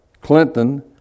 Clinton